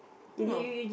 you know